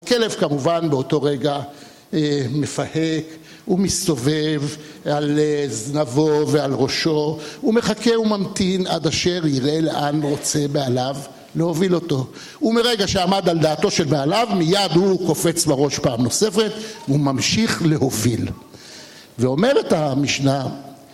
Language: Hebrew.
כלב, כמובן, באותו רגע מפהק ומסתובב על זנבו ועל ראשו. הוא מחכה וממתין עד אשר יראה לאן רוצה בעליו להוביל אותו. ומרגע שעמד על דעתו של בעליו, מיד הוא קופץ בראש פעם נוספת וממשיך להוביל. ואומרת המשנה...